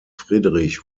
friedrich